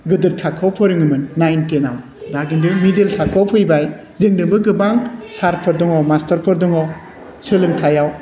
गेदेर थाखोआव फोरोङोमोन नाइन टेनाव दा खिन्थु मिडल थाखोआव फैबाय जोंनोबो गोबां सारफोर दङ मास्टारफोर दङ सोलोंथायाव